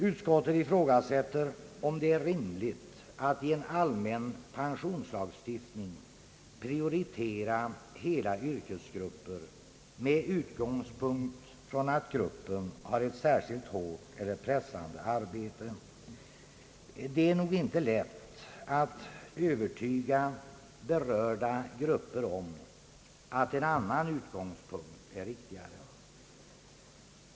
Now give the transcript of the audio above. Ut skottet ifrågasätter om det är rimligt att i en allmän pensionslagstiftning prioritera hela yrkesgrupper med utgångspunkt från att gruppen har ett särskilt hårt eller pressande arbete. Det är nog inte lätt att övertyga berörda grupper om att en annan utgångspunkt är riktigare.